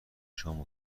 شما